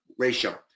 ratio